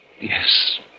Yes